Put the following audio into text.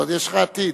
עוד יש לך עתיד.